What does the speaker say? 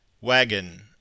Wagon